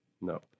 No